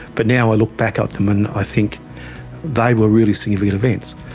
but now i look back on them and i think they were really significant events.